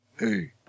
Hey